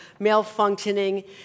malfunctioning